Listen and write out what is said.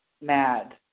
mad